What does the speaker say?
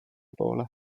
poole